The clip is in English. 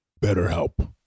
BetterHelp